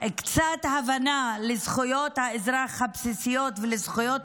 קצת הבנה לזכויות האזרח הבסיסיות ולזכויות